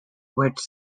which